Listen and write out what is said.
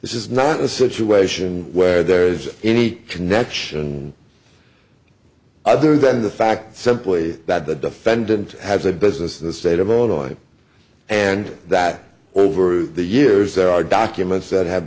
is not a situation where there is any connection other than the fact simply that the defendant has a business in the state of illinois and that over the years there are documents that have